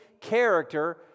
character